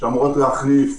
שאמורות להחליף